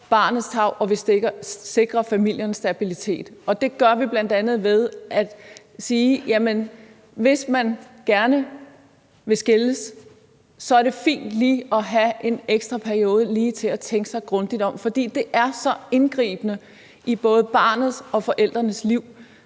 barnets tarv og sikrer familiernes stabilitet. Det gør vi bl.a. ved at sige, at hvis man gerne vil skilles, er det fint lige at have en ekstra periode til at tænke sig grundigt om i, fordi det er så indgribende i både barnets og forældrenes liv